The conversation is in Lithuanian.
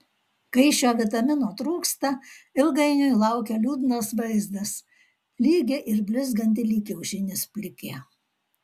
kai šio vitamino trūksta ilgainiui laukia liūdnas vaizdas lygi ir blizganti lyg kiaušinis plikė